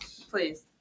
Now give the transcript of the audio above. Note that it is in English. please